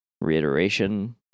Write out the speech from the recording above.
reiteration